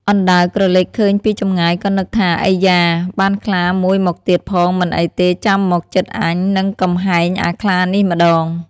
អណ្ដើកក្រឡេកឃើញពីចម្ងាយ ក៏នឹកថា "អៃយ៉ា! បានខ្លាមួយមកទៀតផង មិនអីទេ ចាំមកជិតអញនឹងកំហែងអាខ្លានេះម្តង"។